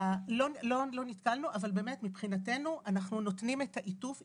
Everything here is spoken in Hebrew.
לא נתקלנו, אבל מבחינתנו אנחנו נותנים את המעטפת.